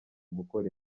gukora